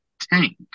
Tank